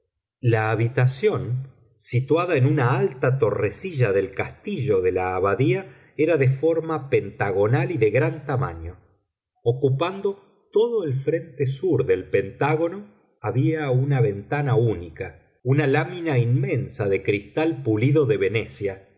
la habitación situada en una alta torrecilla del castillo de la abadía era de forma pentagonal y de gran tamaño ocupando todo el frente sur del pentágono había una ventana única una lámina inmensa de cristal pulido de venecia